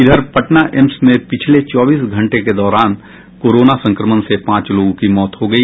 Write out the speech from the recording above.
इधर पटना एम्स में पिछले चौबीस घंटे के दौरा कोरोना संक्रमण से पांच लोगों की मौत हो गई